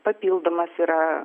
papildomas yra